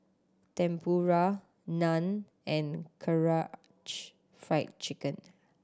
Tempura Naan and Karaage Fried Chicken